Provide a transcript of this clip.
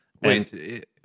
Wait